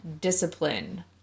discipline